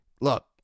look